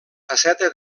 faceta